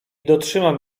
dotrzymam